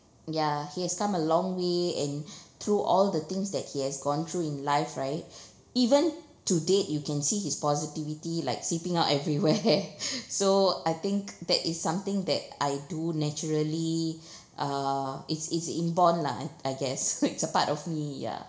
ya he has come a long way and through all the things that he has gone through in life right even to date you can see his positivity like seeping out everywhere so I think that is something that I do naturally uh it's it's inborn lah I I guess it's a part of me ya